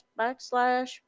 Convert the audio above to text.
backslash